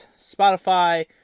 Spotify